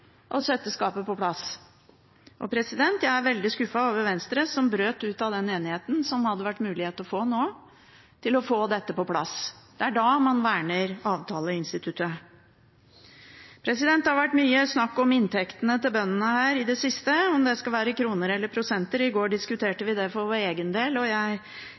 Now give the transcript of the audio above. og sette skapet på plass. Jeg er veldig skuffet over Venstre som brøt ut av den enigheten som ville ha gjort det mulig nå å få dette på plass. Det er da man verner avtaleinstituttet. Det har vært mye snakk om inntektene til bøndene her i det siste, om det skal være kroner eller prosenter. I går diskuterte vi det for vår egen del, og jeg